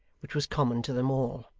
which was common to them all.